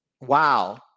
Wow